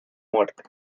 muerte